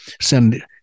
send